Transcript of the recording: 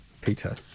Peter